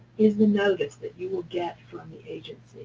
is the notice that you will get from the agency.